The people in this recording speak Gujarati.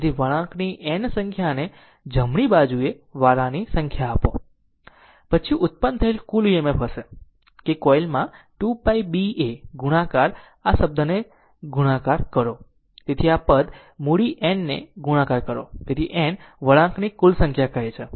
તેથી વળાંકની n સંખ્યાને જમણી બાજુએ વારાની સંખ્યા આપો પછી ઉત્પન્ન થયેલ કુલ EMF હશે કે કોઇલમાં 2 π BA ગુણાકાર આ શબ્દને ગુણાકાર કરો આ પદ મૂડી N ને ગુણાકાર કરો તે N એ વળાંકની કુલ સંખ્યા કહે છે